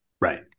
Right